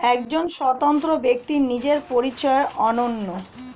একজন স্বতন্ত্র ব্যক্তির নিজের পরিচয় অনন্য